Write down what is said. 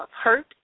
hurt